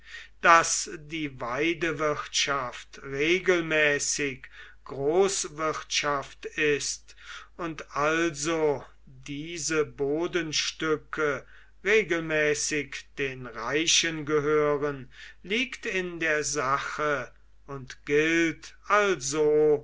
daß die weidewirtschaft regelmäßig großwirtschaft ist und also diese bodenstücke regelmäßig den reichen gehören liegt in der sache und gilt also